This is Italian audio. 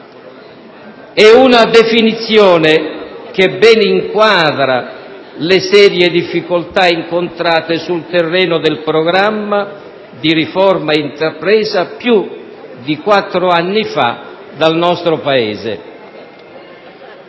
È una definizione che ben inquadra le serie difficoltà incontrate sul terreno del programma di riforma intrapresa più di quattro anni fa dal nostro Paese.